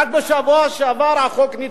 רק בשבוע שעבר החוק נדחה.